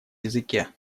языке